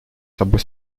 собой